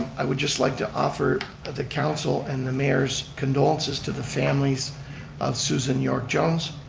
i would just like to offer ah the council and the mayor's condolences to the families of susan york jones,